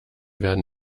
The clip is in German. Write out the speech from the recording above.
werden